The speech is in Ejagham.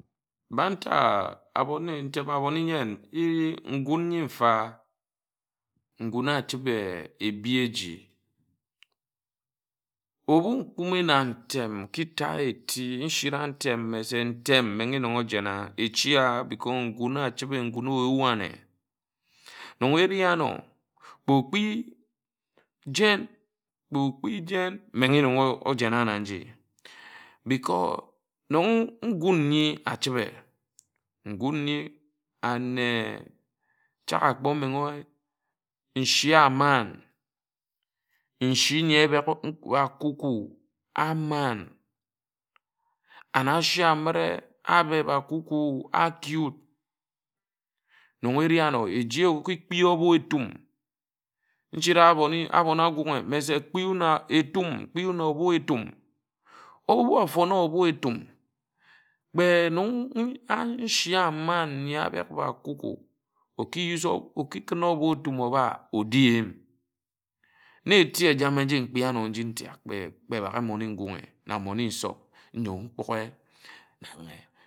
Mba nta abone ntem abon-e-nyen nguń ńyi mfa ngún achibe ébi eji ébu nkumi na ntem tik n̄ta ye eti nshira ntem mme se ntem menghe nnon ojena eji a because nkún achibe nkún oyuá ane nnon eri āno kpe okpi jen kpe okpi jen menghe eruk ojena na nji because nnon n̄gun̄ nyi achibe ngún nyi ane chak akpó menghe n̄shi amán nshi ńyi ebek cocoa amań and ashe amire abegha cocoa adi wud nnon eri āno eji oki kpi obo-e-etum nshira abon agúnghe mme se kpi wun a etum kpi wun obo-e-etum ȯro fon óbo-e-etum kpe nnon ńshi amań ńyi ábe a cocoa oki use a oki kún óbo-etum óba edi nna eti ejame nji ntak kpe kpe bagha mmone ngun̄ghe na mmone nsob nyo mmkpughe na me.